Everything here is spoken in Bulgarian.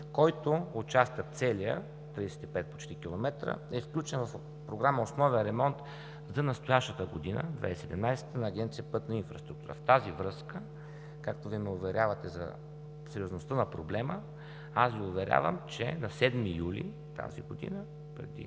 който участък, целият – почти 35 км, е включен в Програма „Основен ремонт“ за настоящата година – 2017 г. на Агенция „Пътна инфраструктура“. В тази връзка, както Вие ме уверявате за сериозността на проблема, аз Ви уверявам, че на 7 юли тази година, преди